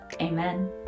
Amen